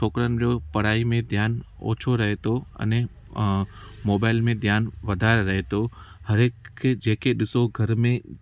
छोकिरनि जो पढ़ाई में ध्यानु ओछो रहे थो अने मोबाइल में ध्यानु वधाइ रहे थो हर हिक खे जेके ॾिसो घर में